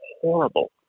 horrible